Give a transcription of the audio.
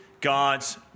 God's